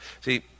See